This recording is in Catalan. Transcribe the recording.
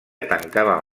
tancaven